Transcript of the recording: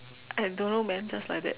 I don't know man just like that